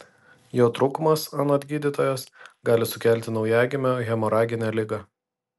jo trūkumas anot gydytojos gali sukelti naujagimio hemoraginę ligą